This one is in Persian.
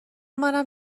منم